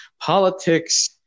Politics